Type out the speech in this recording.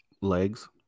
Legs